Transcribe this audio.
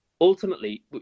ultimately